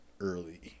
early